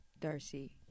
Darcy